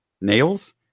nails